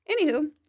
anywho